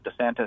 DeSantis